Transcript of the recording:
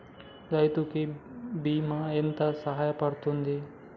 రైతు కి బీమా ఎంత సాయపడ్తది?